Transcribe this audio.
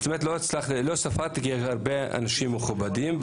האמת, לא ספרתי כי יש הרבה אנשים מכובדים.